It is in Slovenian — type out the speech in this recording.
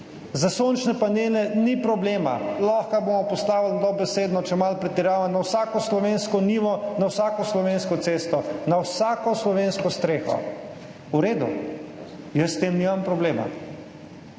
Za sončne panele ni problema, lahko jih bomo postavili dobesedno, če malo pretiravam, na vsako slovensko njivo, na vsako slovensko cesto, na vsako slovensko streho. V redu, jaz s tem nimam problema.